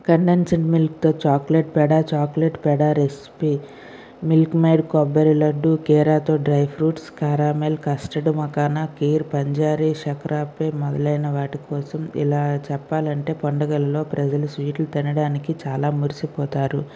condense milk తో chocolate peda chocolate peda recipe milk made కొబ్బరి లడ్డు కేరాతో డ్రై ఫ్రూట్స్ కారమిల్ కస్టర్డ్ మకానకీర్ పంజారి శక్రాపి మొదలైన వాటికోసం ఇలా చెప్పాలంటే పండగలలో ప్రజలు స్వీట్లు తినడానికి చాలా మురిసిపోతారు